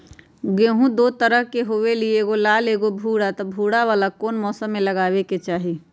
गेंहू दो तरह के होअ ली एगो लाल एगो भूरा त भूरा वाला कौन मौसम मे लगाबे के चाहि?